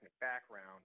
background